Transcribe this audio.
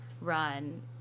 run